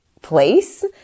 place